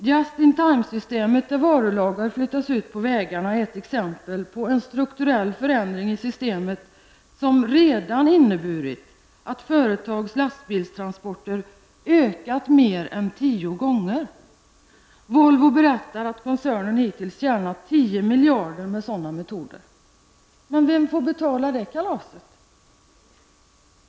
Industrins just-in-time-system, där varulager flyttas ut på vägarna, är ett exempel på en strukturell förändring i systemet som redan inneburit att företags lastbilstransporter ökat mer än tio gånger. Volvokoncernen har hittills tjänat tio miljarder med sådana metoder. Men vem får betala kalaset?